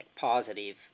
positive